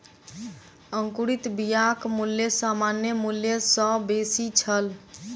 अंकुरित बियाक मूल्य सामान्य मूल्य सॅ बेसी छल